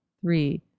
three